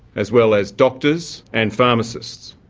as well as doctors and pharmacists,